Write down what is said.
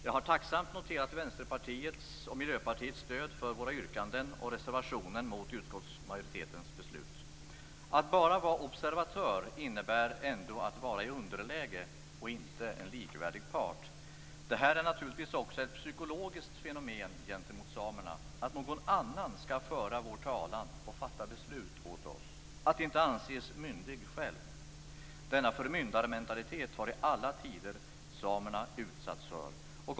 Jag har tacksamt noterat Vänsterpartiets och Miljöpartiets stöd för våra yrkanden och reservationen mot utskottsmajoritetens beslut. Att bara vara observatör innebär ändå att vara i underläge och inte en likvärdig part. Det här är naturligtvis också ett psykologiskt fenomen för samerna - att någon annan skall föra vår talan och fatta beslut åt oss, att inte anses myndig själv. Denna förmyndarmentalitet har samerna i alla tider utsatts för.